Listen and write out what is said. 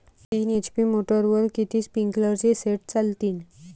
तीन एच.पी मोटरवर किती स्प्रिंकलरचे सेट चालतीन?